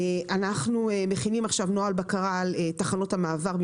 אנחנו מכינים עכשיו נוהל בקרה על תחנות המעבר,